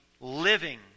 living